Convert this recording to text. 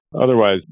otherwise